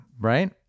Right